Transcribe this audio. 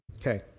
Okay